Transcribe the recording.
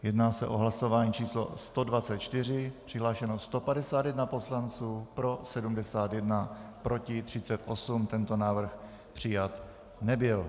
Jedná se o hlasování číslo 124, přihlášeno 151 poslanců, pro 71, proti 38, tento návrh přijat nebyl.